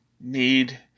need